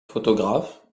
photographe